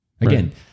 again